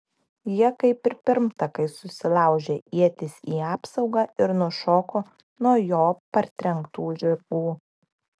jie kaip ir pirmtakai susilaužė ietis į apsaugą ir nušoko nuo jo partrenktų žirgų